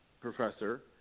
Professor